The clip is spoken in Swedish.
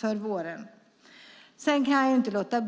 Som kvinna kan jag inte heller låta